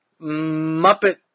Muppet